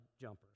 jumpers